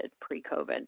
pre-COVID